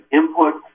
input